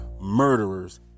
murderers